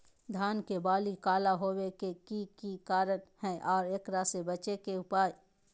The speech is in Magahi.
धान के बाली काला होवे के की कारण है और एकरा से बचे के उपाय?